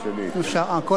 יש לי שתי דקות, כן?